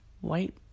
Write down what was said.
white